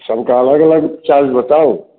सब का अलग अलग चार्ज बताऊँ